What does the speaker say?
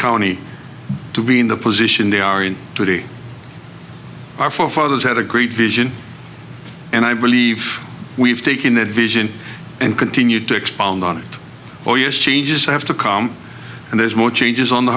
county to be in the position they are in today our forefathers had a great vision and i believe we've taken that vision and continued to expound on it for years changes have to come and there's more changes on the